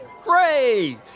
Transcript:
Great